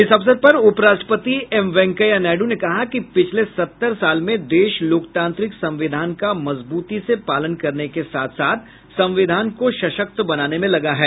इस अवसर पर उपराष्ट्रपति एम वेंकैया नायडू ने कहा कि पिछले सत्तर साल में देश लोकतांत्रिक संविधान का मजबूती से पालन करने के साथ साथ संविधान को भी सशक्त बनाने में लगा है